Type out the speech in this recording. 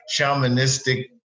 shamanistic